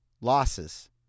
losses